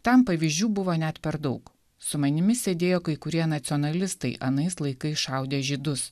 tam pavyzdžių buvo net per daug su manimi sėdėjo kai kurie nacionalistai anais laikais šaudę žydus